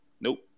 Nope